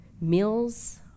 Meals